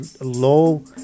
low